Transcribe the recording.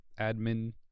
admin